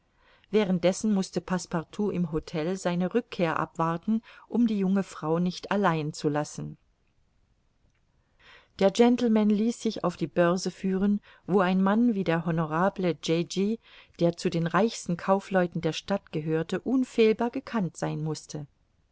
dessen mußte passepartout im htel seine rückkehr abwarten um die junge frau nicht allein zu lassen der gentleman ließ sich auf die börse führen wo ein mann wie der honorable jejech der zu den reichsten kaufleuten der stadt gehörte unfehlbar gekannt sein mußte